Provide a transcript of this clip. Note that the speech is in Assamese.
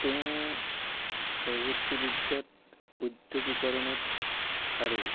তেওঁ প্ৰযুক্তিবিদ্যাত উদ্যোগিকৰণত আৰু